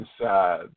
inside